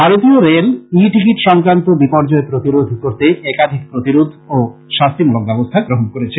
ভারতীয় rail e ticket সংক্রান্ত বিপর্যয় প্রতিরোধ করতে একাধিক প্রতিরোধ ও শাস্তিমূলক ব্যবস্থা গ্রহণ করেছে